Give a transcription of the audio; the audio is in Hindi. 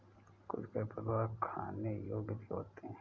कुछ खरपतवार खाने योग्य भी होते हैं